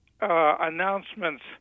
announcements